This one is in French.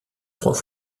trois